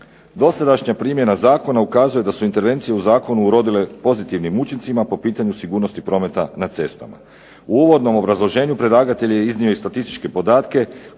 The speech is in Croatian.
Dosadašnja primjena zakona ukazuje da su intervencije u zakonu urodile pozitivnim učincima po pitanju sigurnosti prometa na cestama. U uvodnom obrazloženju predlagatelj je iznio i statističke podatke